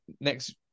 next